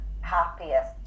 happiest